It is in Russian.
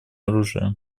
оружие